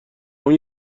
اون